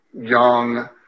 young